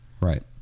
right